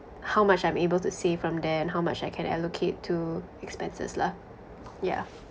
how much I'm able to save from there and how much I can allocate to expenses lah yeah